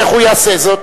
איך הוא יעשה זאת?